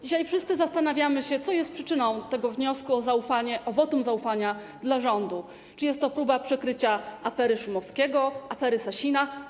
Dzisiaj wszyscy zastanawiamy się, co jest przyczyną tego wniosku o wotum zaufania dla rządu: czy jest to próba przykrycia afery Szumowskiego, afery Sasina.